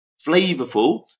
flavorful